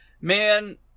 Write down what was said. Man